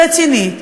רצינית,